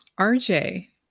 RJ